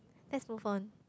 let's move on